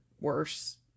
worse